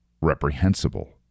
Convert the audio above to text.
reprehensible